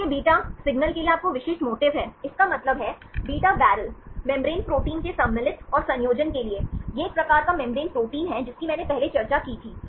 तो यह beta signal के लिए आपका विशिष्ट मोटिफ है इसका मतलब है बीटा बैरल मेम्ब्रेन प्रोटीन के सम्मिलन और संयोजन के लिए यह एक प्रकार का मेम्ब्रेन प्रोटीन है जिसकी मैंने पहले चर्चा की थी